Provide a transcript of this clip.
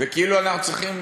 וכאילו צריכים